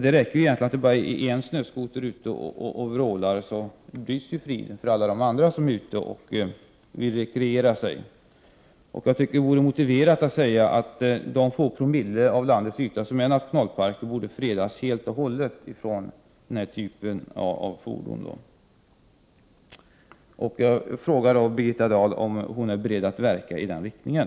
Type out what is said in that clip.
Det räcker egentligen med att en enda snöskoter är ute och vrålar för att friden skall brytas för alla de andra som är ute och vill rekreera sig. Jag tycker det vore motiverat att säga att de få promille av landets yta som nationalparkerna utgör borde fredas helt och hållet från den här typen av fordon. Jag vill fråga Birgitta Dahl om hon är beredd att verka i den riktningen.